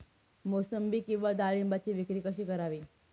मोसंबी किंवा डाळिंबाची विक्री कशी करावी?